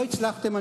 לא הצלחתם,